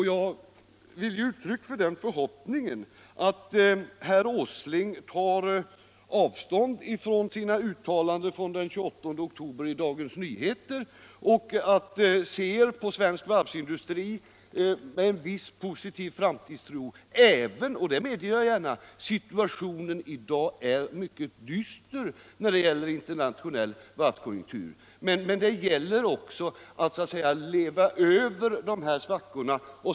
Jag vill ge uttryck för den förhoppningen att herr Åsling tar avstånd från sina uttalanden i Dagens Nyheter den 28 oktober och vill se på svensk varvsindustri med en viss positiv framtidstro, även om — det medger jag gärna — den internationella varvskonjunkturen i dag är mycket dyster. Det gäller nu att klara den svenska varvsindustrin över denna svacka.